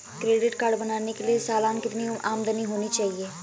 Credit card बनाने के लिए सालाना कितनी आमदनी होनी चाहिए?